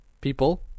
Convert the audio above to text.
people